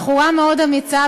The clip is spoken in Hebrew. בחורה מאוד אמיצה.